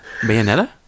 Bayonetta